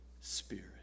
Spirit